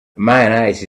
mayonnaise